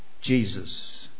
Jesus